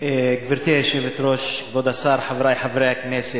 גברתי היושבת-ראש, כבוד השר, חברי חברי הכנסת,